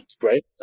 Great